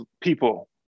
people